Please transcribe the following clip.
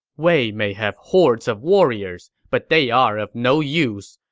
wei may have hordes of warriors, but they are of no use.